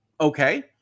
Okay